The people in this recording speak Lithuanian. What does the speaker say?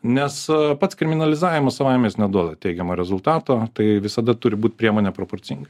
nes pats kriminalizavimas savaime neduoda teigiamo rezultato tai visada turi būti priemonė proporcinga